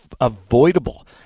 avoidable